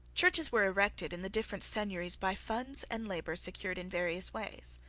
churches were erected in the different seigneuries by funds and labour secured in various ways.